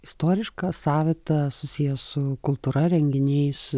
istoriška savitą susiję su kultūra renginiais